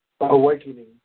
Awakening